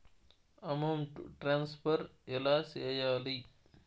amount transfer ఎలా సేయాలి